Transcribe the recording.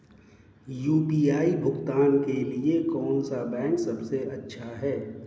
UPI भुगतान के लिए कौन सा बैंक सबसे अच्छा है?